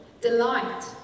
delight